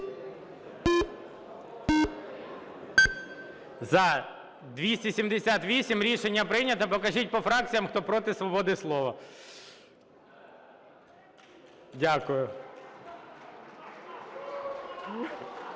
За-278 Рішення прийнято. Покажіть по фракціям, хто проти свободи слова. Дякую.